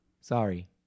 sorry